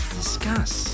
discuss